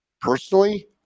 personally